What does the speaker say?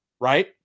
right